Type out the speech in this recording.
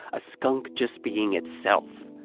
a skunk just being itself.